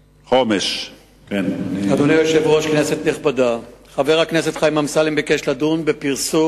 2009): לאחרונה חלו שינויים בנהלים של המעבר במחסום